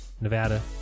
Nevada